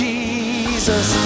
Jesus